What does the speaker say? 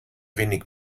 wenig